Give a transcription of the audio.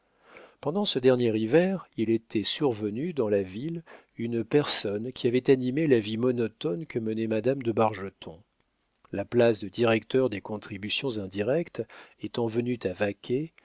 pendant ce dernier hiver il était survenu dans la ville une personne qui avait animé la vie monotone que menait madame de bargeton la place de directeur des contributions indirectes étant venue à